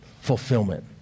fulfillment